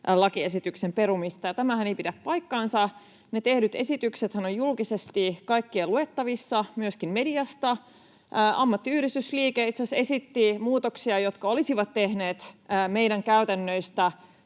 lakiesityksen perumista. Tämähän ei pidä paikkaansa. Ne tehdyt esityksethän ovat julkisesti kaikkien luettavissa myöskin mediasta. Ammattiyhdistysliike itse asiassa esitti muutoksia, jotka olisivat tehneet meidän käytännöistä